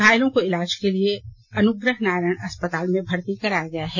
घायलों को इलाज के लिए गया के अनुग्रह नारायण अस्पहताल में भर्ती कराया गया है